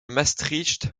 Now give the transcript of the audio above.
maastricht